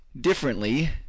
Differently